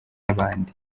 abandi